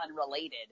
unrelated